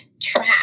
trap